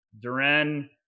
Duran